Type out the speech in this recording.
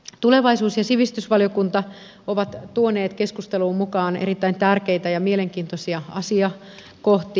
tulevaisuus ja sivistysvaliokunta ovat tuoneet keskusteluun mukaan erittäin tärkeitä ja mielenkiintoisia asiakohtia